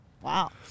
wow